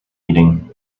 eating